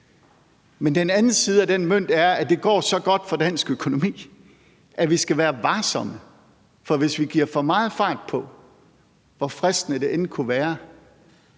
Men den anden side af den mønt er, at det går så godt for dansk økonomi, at vi skal være varsomme, for hvis vi sætter for meget fart på, hvor fristende det end kunne være,